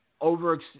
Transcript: over